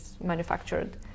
manufactured